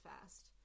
fast